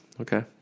Okay